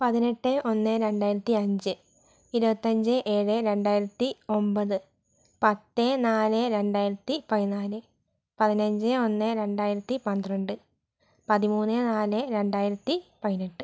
പതിനെട്ട് ഒന്ന് രണ്ടായിരത്തി അഞ്ച് ഇരുപത്തിയഞ്ച് ഏഴ് രണ്ടായിരത്തി ഒമ്പത് പത്ത് നാല് രണ്ടായിരത്തി പതിനാല് പതിനഞ്ച് ഒന്ന് രണ്ടായിരത്തി പന്ത്രണ്ട് പതിമൂന്ന് നാല് രണ്ടായിരത്തി പതിനെട്ട്